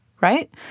right